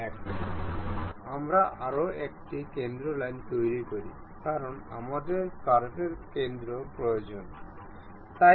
আসুন আমরা একটি নতুন ডকুমেন্ট একটি নতুন অ্যাসেম্বলি খুলব